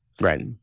Right